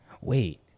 Wait